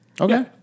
Okay